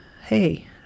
hey